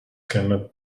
cannot